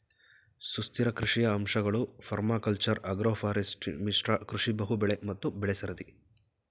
ಸುಸ್ಥಿರ ಕೃಷಿಯ ಅಂಶಗಳು ಪರ್ಮಾಕಲ್ಚರ್ ಅಗ್ರೋಫಾರೆಸ್ಟ್ರಿ ಮಿಶ್ರ ಕೃಷಿ ಬಹುಬೆಳೆ ಮತ್ತು ಬೆಳೆಸರದಿ